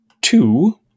two